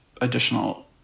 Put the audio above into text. additional